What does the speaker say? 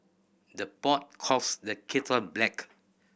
the pot calls the kettle black